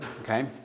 okay